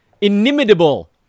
inimitable